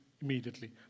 immediately